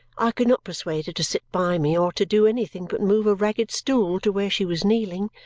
i could not persuade her to sit by me or to do anything but move a ragged stool to where she was kneeling,